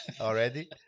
already